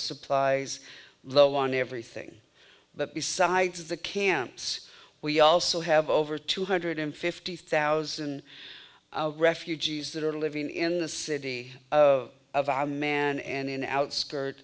supplies low on everything but besides the camps we also have over two hundred fifty thousand refugees that are living in the city of of i man and in outskirt